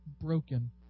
broken